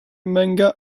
manga